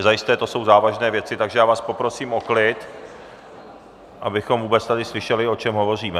Zajisté to jsou závažné věci, takže já vás poprosím o klid, abychom vůbec tady slyšeli, o čem hovoříme.